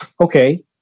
Okay